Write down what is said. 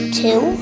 two